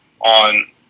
on